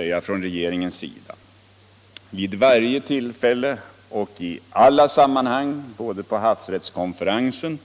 Regeringen försöker alltså att vid varje tillfälle — såväl på havsrättskonferensen